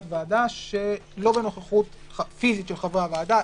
ועדה שלא בנוכחות פיזית של חברי הוועדה,